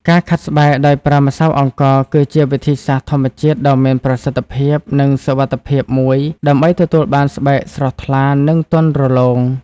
ការខាត់ស្បែកដោយប្រើម្សៅអង្ករគឺជាវិធីសាស្ត្រធម្មជាតិដ៏មានប្រសិទ្ធភាព និងសុវត្ថិភាពមួយដើម្បីទទួលបានស្បែកស្រស់ថ្លា និងទន់រលោង។